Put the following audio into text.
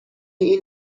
این